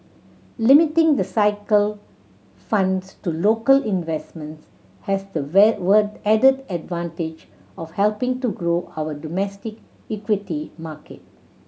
limiting the cycle funds to local investments has the added advantage of helping to grow our domestic equity market